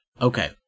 Okay